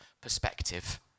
perspective